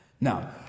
now